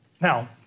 Now